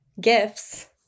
gifts